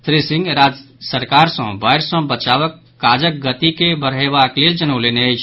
श्री सिंह राज्य सरकार सॅ बाढ़ि सॅ बचाबक काजग गति के बढ़यबाक लेल जनौलनि अछि